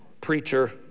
preacher